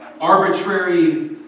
arbitrary